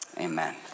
Amen